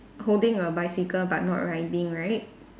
holding a bicycle but not riding right